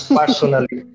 personally